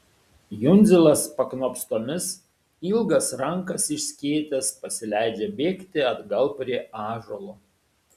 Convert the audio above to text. jundzilas paknopstomis ilgas rankas išskėtęs pasileidžia bėgti atgal prie ąžuolo